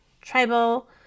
tribal